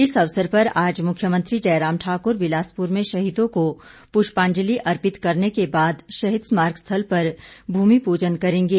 इस अवसर पर आज मुख्यमंत्री जयराम ठाकूर बिलासपुर में शहीदों को पूष्पांजलि अर्पित करने के बाद शहीद स्मारक स्थल पर भूमि पूजन करेंगें